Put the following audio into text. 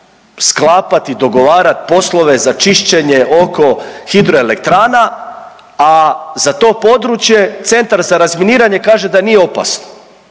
sklapati, dogovarati poslove za čišćenje oko hidro elektrana, a za to područje Centar za razminiranje kaže da nije opasno,